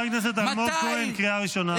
--- חבר הכנסת אלמוג כהן, קריאה ראשונה.